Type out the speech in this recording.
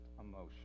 emotion